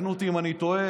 ותקנו אותי אם אני טועה,